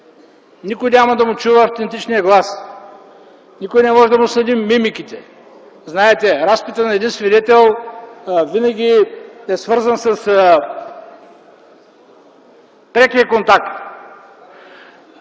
никой няма да му чува автентичния глас, никой не може да му следи мимиките. Знаете, разпитът на един свидетел винаги е свързан с прекия контакт.